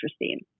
interesting